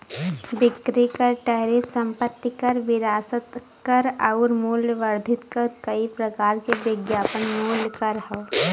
बिक्री कर टैरिफ संपत्ति कर विरासत कर आउर मूल्य वर्धित कर कई प्रकार के विज्ञापन मूल्य कर हौ